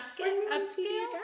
upscale